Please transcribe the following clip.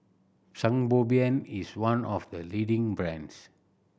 Sangobion is one of the leading brands